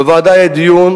בוועדה היה דיון,